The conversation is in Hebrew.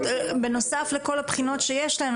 בנוסף לכל הבחינות שיש להם,